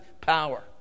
power